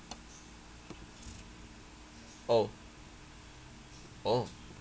oh oh